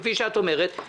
כפי שאת אומרת,